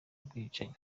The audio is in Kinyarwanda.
ubwicanyi